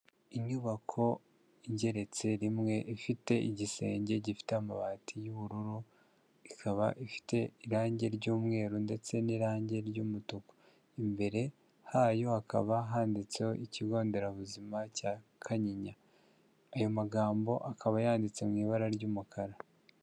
Inyubako igeretse rimwe ifite igisenge gifite amabati y'ubururu, ikaba ifite irangi ry'umweru ndetse n'irangi ry'umutuku, imbere hayo hakaba handitseho ikigonderabuzima cya kanyinya. Ayo magambo akaba yanditse mu ibara ry'umukara.